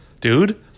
dude